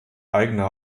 eigener